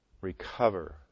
recover